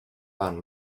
one